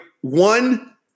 one